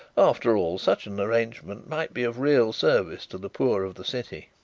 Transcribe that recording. after all, such an arrangement might be of real service to the poor of the city.